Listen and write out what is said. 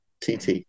TT